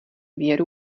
věru